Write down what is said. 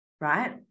right